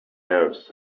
nerves